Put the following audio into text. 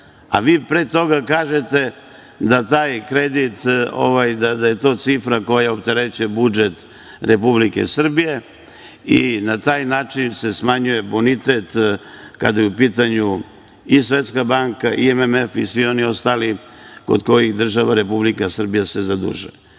a vi pre toga kažete da taj kredit je cifra koja opterećuje budžet Republike Srbije, i na taj način se smanjuje bonitet, kada je u pitanju i Svetska banka i MMF i svi ostali, kod koji se država Republika Srbija se zadužuje. Ako